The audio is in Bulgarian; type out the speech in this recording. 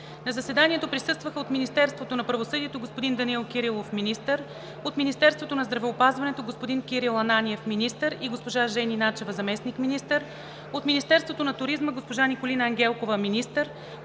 На заседанието присъстваха: от Министерството на правосъдието – господин Данаил Кирилов, министър; от Министерството на здравеопазването – господин Кирил Ананиев, министър, и госпожа Жени Начева – заместник-министър; от Министерството на туризма – госпожа Николина Ангелкова, министър;